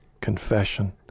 Confession